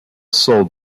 sold